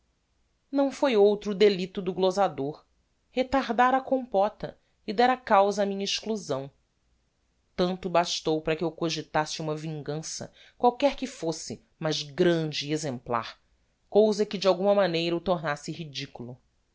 não foi outro o delicto do glosador retardára a compota e dera causa á minha exclusão tanto bastou para que eu cogitasse uma vingança qualquer que fosse mas grande e exemplar cousa que de alguma maneira o tornasse ridiculo